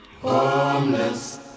Homeless